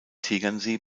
tegernsee